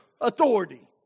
authority